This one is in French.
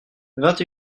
vingt